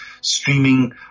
Streaming